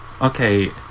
Okay